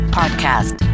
podcast